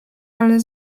ale